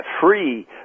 free